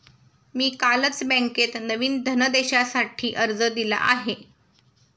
मी कालच बँकेत नवीन धनदेशासाठी अर्ज दिला आहे